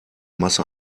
masse